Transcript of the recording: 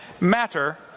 matter